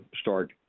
start